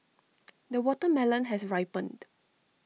the watermelon has ripened